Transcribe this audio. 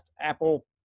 Apple